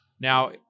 Now